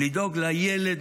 לדאוג לילד,